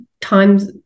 times